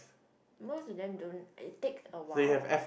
most of them don't it takes a while